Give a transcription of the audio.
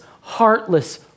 heartless